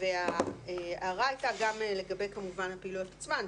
ההערה הייתה גם לגבי הפעילויות עצמן,